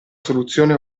soluzione